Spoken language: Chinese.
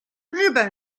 日本